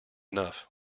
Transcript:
enough